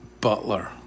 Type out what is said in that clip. Butler